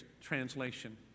Translation